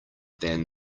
than